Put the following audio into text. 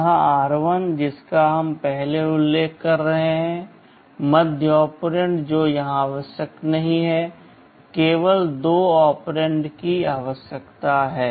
यह r1 जिसका हम पहले उल्लेख कर रहे हैं मध्य ऑपरेंड जो यहां आवश्यक नहीं है केवल दो ऑपरेंड की आवश्यकता है